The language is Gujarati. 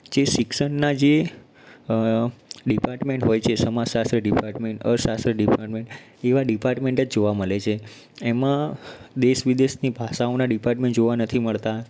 જે શિક્ષણના જે ડિપાર્ટમેન્ટ હોય છે સમાજશાસ્ત્ર ડિપાર્ટમેન્ટ અર્થશાસ્ત્ર ડિપાર્ટમેન્ટ એવા ડિપાર્ટમેન્ટ જ જોવા મળે છે એમાં દેશ વિદેશની ભાષાઓના ડિપાર્ટમેન્ટ જોવા નથી મળતાં